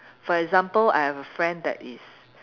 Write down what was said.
for example I have a friend that is